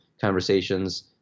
conversations